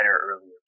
earlier